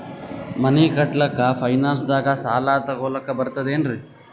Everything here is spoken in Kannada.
ಮನಿ ಕಟ್ಲಕ್ಕ ಫೈನಾನ್ಸ್ ದಾಗ ಸಾಲ ತೊಗೊಲಕ ಬರ್ತದೇನ್ರಿ?